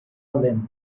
lynn